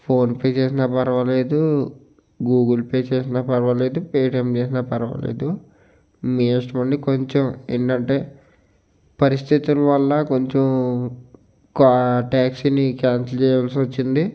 phone pay చేసినా పర్వాలేదు Google pay చేసినా పర్వాలేదు పేటియం చేసినా పర్వాలేదు మీ ఇష్టమండి కొంచెం ఎన్నంటే పరిస్థితుల వల్ల కొంచెం కా ట్యాక్సీని క్యాన్సిల్ చేయాల్సి వచ్చింది